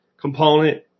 component